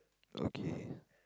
okay